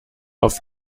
auf